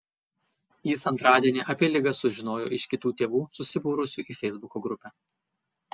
jis antradienį apie ligą sužinojo iš kitų tėvų susibūrusių į feisbuko grupę